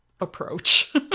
approach